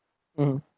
mmhmm